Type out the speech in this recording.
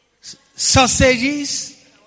sausages